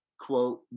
quote